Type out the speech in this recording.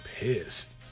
pissed